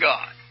God